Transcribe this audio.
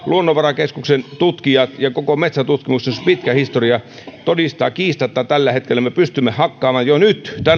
luonnonvarakeskuksen tutkijat ja koko metsäntutkimuksen pitkä historia todistavat kiistatta että me pystymme hakkaamaan jo nyt